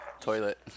toilet